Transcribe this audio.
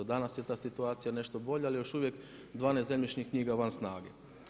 Danas je ta situacija nešto bolja ali još uvijek 12 zemljišnih knjiga je van snage.